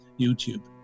YouTube